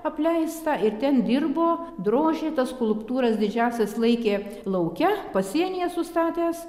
apleistą ir ten dirbo drožė tas skulptūras didžiąsias laikė lauke pasienyje sustatęs